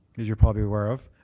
as you're probably aware of,